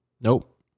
Nope